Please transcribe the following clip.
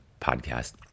podcast